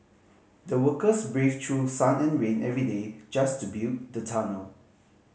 the workers braved through sun and rain every day just to build the tunnel